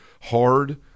hard